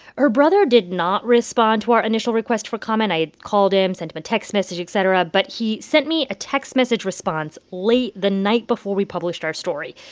her brother did not respond to our initial request for comment. i called him, sent him a text message, etc. but he sent me a text message response late the night before we published our story.